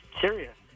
serious